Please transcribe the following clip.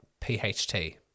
PHT